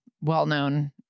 well-known